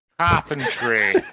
Carpentry